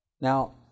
Now